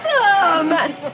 awesome